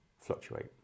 fluctuate